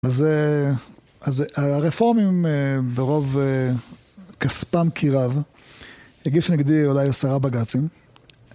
אז הרפורמים ברוב כספם כי רב הגיש נגדי אולי עשרה בגצ"ים